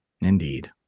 Indeed